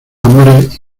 amores